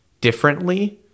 differently